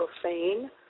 profane